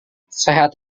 sehat